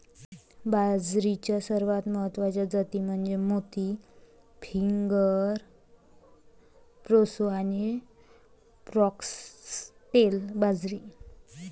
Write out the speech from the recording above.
बाजरीच्या सर्वात महत्वाच्या जाती म्हणजे मोती, फिंगर, प्रोसो आणि फॉक्सटेल बाजरी